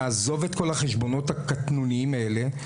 תעזוב את כל החשבונות הקטנוניים האלה,